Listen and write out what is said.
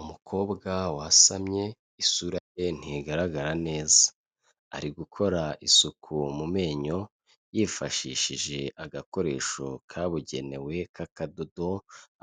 Umukobwa wasamye isura ye ntigaragara neza, ari gukora isuku mu menyo yifashishije agakoresho kabugenewe k'akadodo